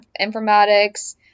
informatics